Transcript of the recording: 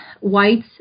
whites